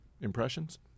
impressions